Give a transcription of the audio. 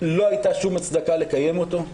לא הייתה כל הצדקה לקיים אותו.